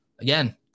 again